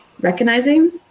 recognizing